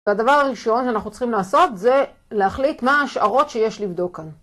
והדבר הראשון שאנחנו צריכים לעשות זה להחליט מה ההשערות שיש לבדוק כאן.